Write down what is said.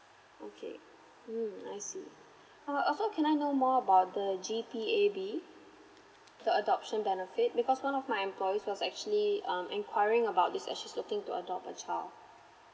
okay mm I see oh also can I know more about the g t a b the adoption benefit because one of my employees was actually um inquiring about this as she's looking to adopt a child